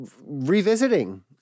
revisiting